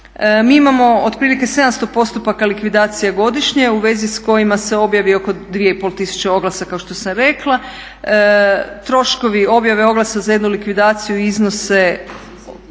Mi imamo otprilike 700 postupaka likvidacije godišnje u vezi s kojima se objavi oko 2,5 tisuće oglasa kao što sam rekla, troškovi objave oglasa za jednu likvidaciju iznose